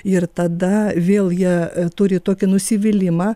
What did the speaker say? ir tada vėl jie turi tokį nusivylimą